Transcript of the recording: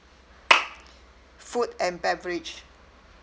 food and beverage